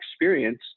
experience